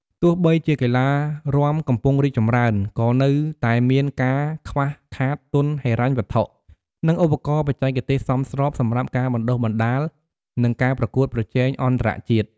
ទោះបីជាកីឡារាំកំពុងរីកចម្រើន ក៏នៅតែមានការខ្វះខាតទុនហិរញ្ញវត្ថុ និងឧបករណ៍បច្ចេកទេសសមស្របសម្រាប់ការបណ្តុះបណ្តាល និងការប្រកួតប្រជែងអន្តរជាតិ។